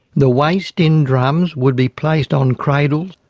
the waste in drums would be placed on cradles,